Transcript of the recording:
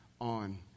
on